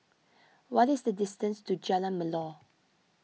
what is the distance to Jalan Melor